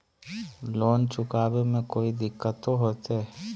Loan चुकाने में कोई दिक्कतों होते?